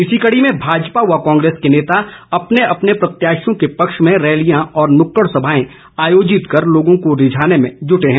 इसी कड़ी में भाजपा व कांग्रेस के नेता अपने अपने प्रत्याशियों के पक्ष में रैलियां व नुक्कड़ सभाएं आयोजित कर लोगों को रिझाने में जुटे हैं